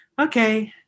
okay